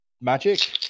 magic